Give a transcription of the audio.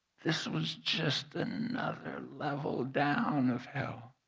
this was just another level down of hell.